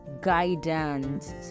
guidance